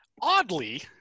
Oddly